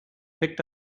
picked